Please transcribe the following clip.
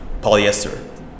polyester